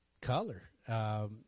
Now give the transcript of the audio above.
color